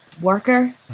worker